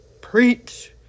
preach